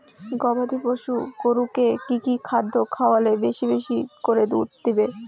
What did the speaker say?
গবাদি পশু গরুকে কী কী খাদ্য খাওয়ালে বেশী বেশী করে দুধ দিবে?